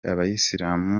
abayisilamu